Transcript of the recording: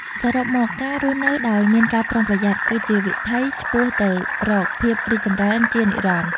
សរុបមក ការរស់នៅដោយមានការប្រុងប្រយ័ត្ន គឺជាវិថីឆ្ពោះទៅរកភាពរីកចម្រើនជានិរន្តរ៍។